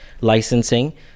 licensing